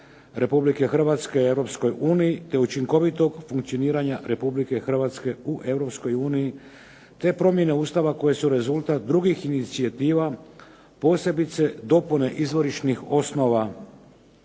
Republike Hrvatske Europskoj uniji te učinkovitog funkcioniranja Republike Hrvatske u Europskoj uniji te promjene Ustava koje su rezultat drugih inicijativa posebice dopune izvorišnih osnova